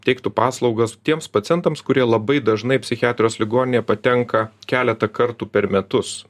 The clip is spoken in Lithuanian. teiktų paslaugas tiems pacientams kurie labai dažnai psichiatrijos ligoninėje patenka keletą kartų per metus